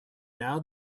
now